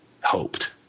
hoped